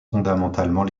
fondamentalement